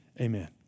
Amen